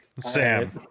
Sam